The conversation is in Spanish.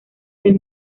del